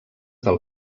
del